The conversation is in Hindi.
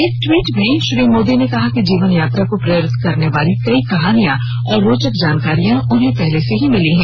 एक ट्वीट में श्री मोदी ने कहा कि जीवन यात्रा को प्रेरित करने वाली कई कहानियां और रोचक जानकारियां उन्हें पहले से ही मिली हैं